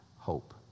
Hope